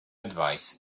advice